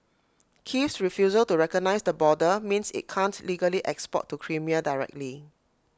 Kiev's refusal to recognise the border means IT can't legally export to Crimea directly